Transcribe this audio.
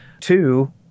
Two